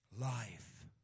Life